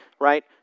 right